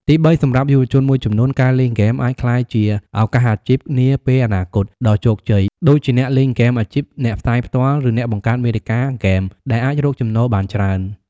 ទីបី សម្រាប់យុវជនមួយចំនួន ការលេងហ្គេមអាចក្លាយជា ឱកាសអាជីពនាពេលអនាគត ដ៏ជោគជ័យ ដូចជាអ្នកលេងហ្គេមអាជីព អ្នកផ្សាយផ្ទាល់ ឬអ្នកបង្កើតមាតិកាហ្គេម ដែលអាចរកចំណូលបានច្រើន។